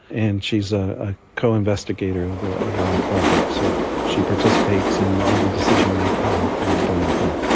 and she is a coinvestigator in the overall project. so she participates in all the decision-making that we are doing here.